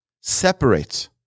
separate